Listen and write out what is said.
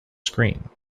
screen